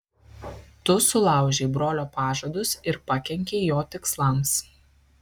tu sulaužei brolio pažadus ir pakenkei jo tikslams